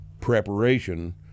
preparation